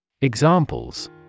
Examples